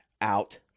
out